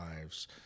lives